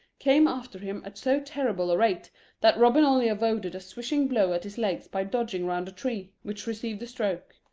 came after him at so terrible a rate that robin only avoided a swishing blow at his legs by dodging round a tree, which received the stroke.